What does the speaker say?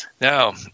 Now